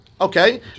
Okay